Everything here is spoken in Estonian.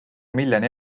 miljoni